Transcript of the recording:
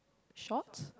shorts